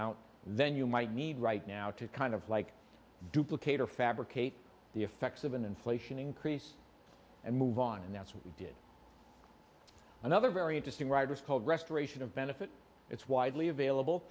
nt then you might need right now to kind of like duplicate or fabricate the effects of an inflation increase and move on and that's what we did another very interesting right was called restoration of benefit it's widely available